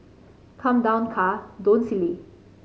come down car don't silly